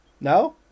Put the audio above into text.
No